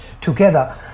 together